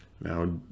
Now